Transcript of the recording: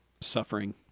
suffering